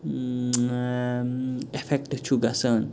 اۭں ایٚفیٚکٹہٕ چھُ گژھان